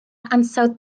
ansawdd